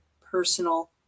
personal